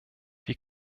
wie